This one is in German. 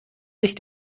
sich